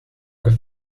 with